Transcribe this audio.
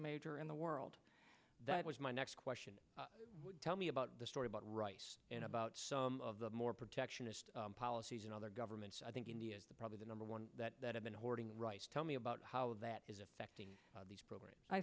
major in the world that was my next question tell me about the story about rice and about some of the more protectionist policies in other governments i think india is probably the number one that have been hoarding rice tell me about how that is affecting these programs i